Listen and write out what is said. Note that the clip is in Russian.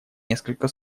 несколько